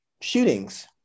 shootings